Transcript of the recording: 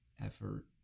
effort